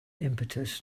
impetus